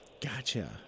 Gotcha